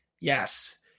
yes